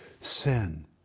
sin